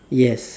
yes